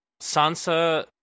Sansa